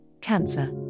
Cancer